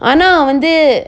ஆனா அவ வந்து:aana ava vanthu